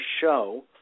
show